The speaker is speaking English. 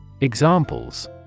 Examples